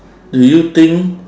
do you think